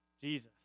Jesus